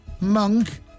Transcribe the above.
Monk